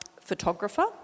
photographer